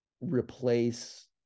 replace